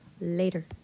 later